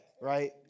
right